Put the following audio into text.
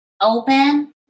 open